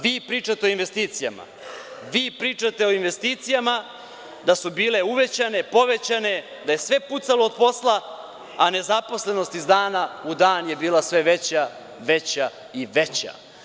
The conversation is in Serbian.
Vi pričate, o investicijama, vi pričate da su bile uvećane, povećane, da je sve pucalo od posla, a nezaposlenost iz dana u dan je bila sve veća, veća i veća.